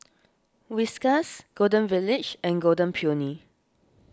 Whiskas Golden Village and Golden Peony